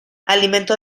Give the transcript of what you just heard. alimento